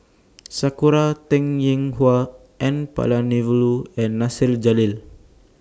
Sakura Teng Ying Hua N Palanivelu and Nasir Jalil